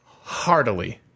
heartily